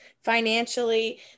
financially